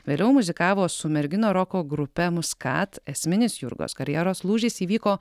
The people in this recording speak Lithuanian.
vėliau muzikavo su merginų roko grupe muscat esminis jurgos karjeros lūžis įvyko